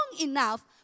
enough